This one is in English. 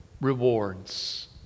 rewards